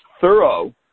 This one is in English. thorough –